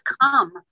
come